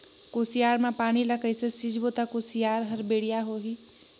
कुसियार मा पानी ला कइसे सिंचबो ता कुसियार हर बेडिया होही?